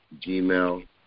Gmail